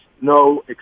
no